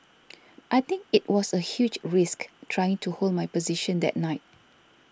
I think it was a huge risk trying to hold my position that night